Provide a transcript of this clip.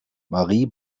marie